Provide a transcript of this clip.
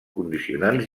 condicionants